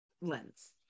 lens